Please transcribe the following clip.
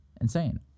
insane